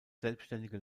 selbstständige